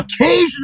occasionally